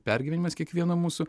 pergyvenimas kiekvieno mūsų